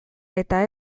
eta